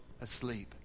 asleep